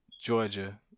Georgia